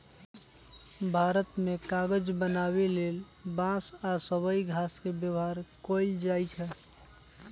भारत मे कागज बनाबे लेल बांस आ सबइ घास के व्यवहार कएल जाइछइ